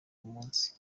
munsi